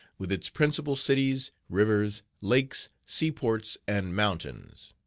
with its principal cities, rivers, lakes, seaports, and mountains.